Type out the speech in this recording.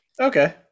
okay